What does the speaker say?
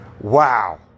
wow